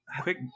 Quick